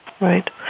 Right